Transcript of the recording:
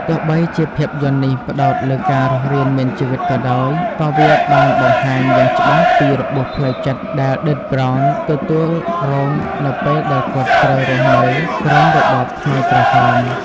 ទោះបីជាភាពយន្តនេះផ្តោតលើការរស់រានមានជីវិតក៏ដោយ ក៏វាបានបង្ហាញយ៉ាងច្បាស់ពីរបួសផ្លូវចិត្តដែល ឌិត ប្រន ទទួលរងនៅពេលដែលគាត់ត្រូវរស់នៅក្រោមរបបខ្មែរក្រហម។